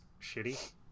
shitty